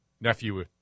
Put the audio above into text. nephew